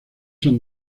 son